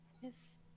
Yes